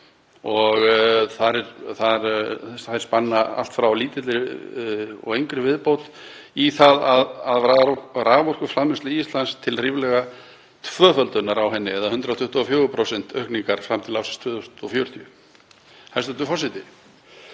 og þær spanna allt frá lítilli og engri viðbót í raforkuframleiðslu Íslands til ríflega tvöföldunar á henni eða 124% aukningar fram til ársins 2040. Hæstv. forseti.